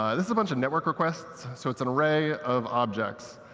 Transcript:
ah this is a bunch of network requests, so it's an array of objects.